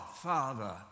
Father